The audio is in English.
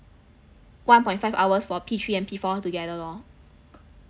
one point five hours for P three and P four together lor